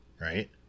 right